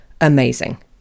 amazing